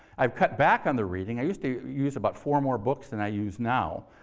i've cut back on the reading. i used to use about four more books than i use now,